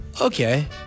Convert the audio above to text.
Okay